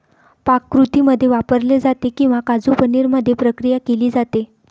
पाककृतींमध्ये वापरले जाते किंवा काजू पनीर मध्ये प्रक्रिया केली जाते